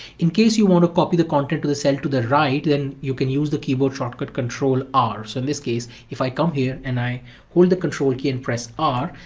in case you want to copy the content to the cell to the right, then and you can use the keyboard shortcut control r. so in this case, if i come here and i hold the control key and press r,